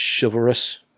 chivalrous